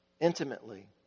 Intimately